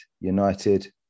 United